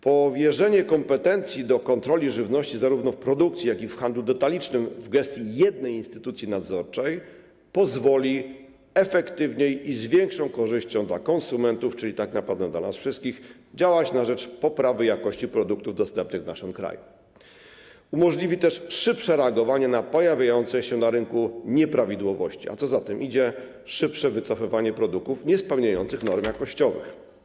Powierzenie kompetencji w zakresie kontroli żywności zarówno w produkcji, jak i w handlu detalicznym jednej instytucji nadzorczej pozwoli efektywniej i z większą korzyścią dla konsumentów, czyli tak naprawdę dla nas wszystkich, działać na rzecz poprawy jakości produktów dostępnych w naszym kraju, umożliwi też szybsze reagowanie na pojawiające się na rynku nieprawidłowości, a co za tym idzie - szybsze wycofywanie produktów niespełniających norm jakościowych.